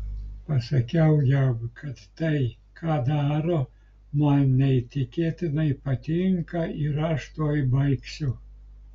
pasakiau jam kad tai ką daro man neįtikėtinai patinka ir aš tuoj baigsiu